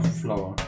flour